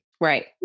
Right